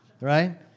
Right